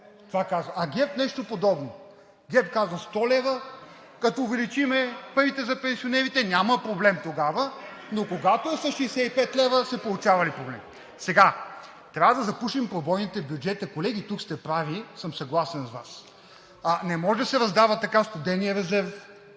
А ГЕРБ – нещо подобно. ГЕРБ казва: 100 лв. като увеличим парите за пенсионерите, няма проблем тогава, но когато е с 65 лв., се получавали проблеми. Трябва да запушим пробойните в бюджета, колеги, тук сте прави и съм съгласен с Вас. Не може да се раздава така студеният резерв,